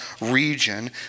region